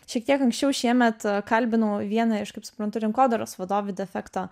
šiek tiek anksčiau šiemet kalbinau vieną iš kaip suprantu rinkodaros vadovių defekto